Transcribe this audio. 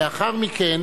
לאחר מכן,